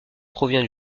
provient